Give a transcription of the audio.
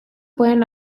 pueden